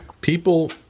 People